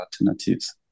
alternatives